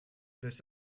this